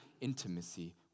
intimacy